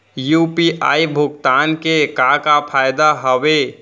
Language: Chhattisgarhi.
यू.पी.आई भुगतान के का का फायदा हावे?